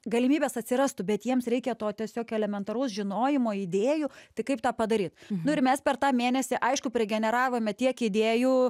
galimybės atsirastų bet jiems reikia to tiesiog elementaraus žinojimo idėjų tai kaip tą padaryt nu ir mes per tą mėnesį aišku pri generavome tiek idėjų